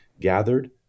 gathered